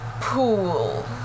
pool